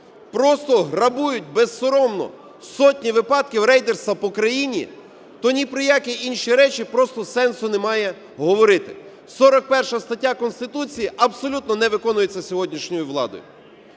просто грабують безсоромно, сотні випадків рейдерства по Україні, то ні про які інші речі просто сенсу немає говорити. 41 стаття Конституції абсолютно не виконується сьогоднішньою владою.